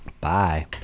Bye